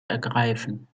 ergreifen